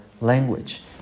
language